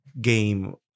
game